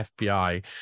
FBI